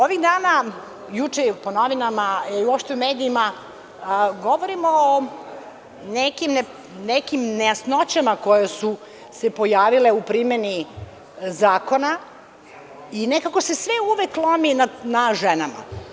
Ovih dana, juče po novinama, uopšte po medijima govorimo o nekim nejasnoćama koje su se pojavile u primeni zakona i nekako se sve uvek lomi na ženama.